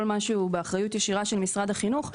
מה שהוא באחריות ישירה של משרד החינוך,